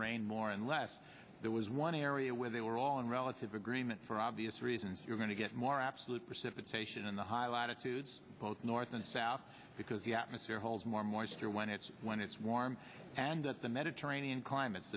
rain more and less there was one area where they were all in relative agreement for obvious reasons you're going to get more absolute precipitation in the high latitudes both north and south because the atmosphere holds more moisture when it's when it's warm and that the mediterranean climates